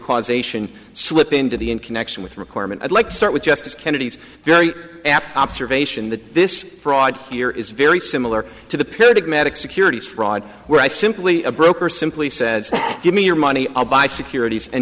causation slip into the in connection with requirement i'd like to start with justice kennedy's very apt observation that this fraud here is very similar to the period of magic securities fraud where i simply a broker simply said give me your money i'll buy securities and